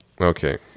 Okay